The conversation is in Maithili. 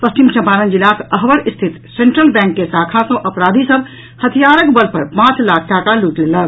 पश्चिम चम्पारण जिलाक अहवर स्थित सेंट्रल बैंक के शाखा सँ अपराधी सभ हथियारक बल पर पांच लाख टाका लूटि लेलक